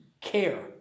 care